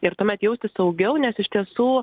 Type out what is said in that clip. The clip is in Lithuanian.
ir tuomet jaustis saugiau nes iš tiesų